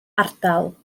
ardal